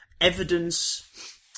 Evidence